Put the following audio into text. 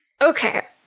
Okay